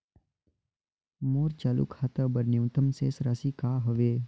मोर चालू खाता बर न्यूनतम शेष राशि का हवे?